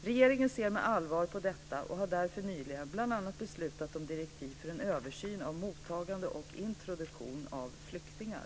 Regeringen ser med allvar på detta och har därför nyligen bl.a. beslutat om direktiv för en översyn av mottagande och introduktion av flyktingar.